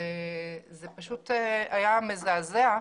זה היה מזעזע.